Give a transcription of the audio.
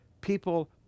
people